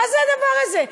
מה זה הדבר הזה?